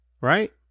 Right